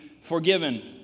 forgiven